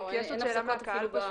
אין הפסקה אפילו.